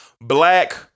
Black